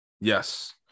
Yes